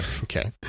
okay